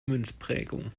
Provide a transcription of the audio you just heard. münzprägung